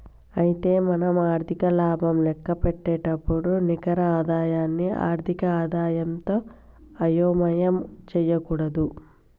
అయితే మనం ఆర్థిక లాభం లెక్కపెట్టేటప్పుడు నికర ఆదాయాన్ని ఆర్థిక ఆదాయంతో అయోమయం చేయకూడదు